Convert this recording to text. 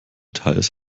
teils